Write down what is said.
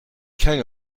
king